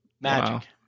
magic